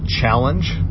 challenge